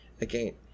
again